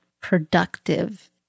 productive